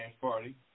party